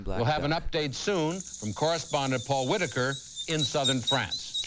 we'll have an update soon from correspondent paul whitaker in southern france.